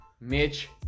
Mitch